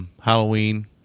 Halloween